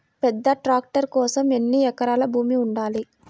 పెద్ద ట్రాక్టర్ కోసం ఎన్ని ఎకరాల భూమి ఉండాలి?